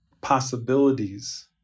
possibilities